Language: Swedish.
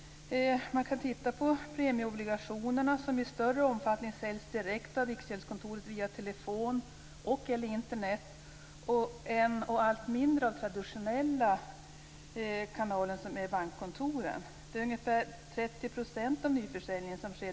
Titta på t.ex. premieobligationerna, som i större omfattning säljs direkt av Riksgäldskontoret via telefon och/eller Internet och allt mindre via den traditionella kanalen, dvs. bankkontoren.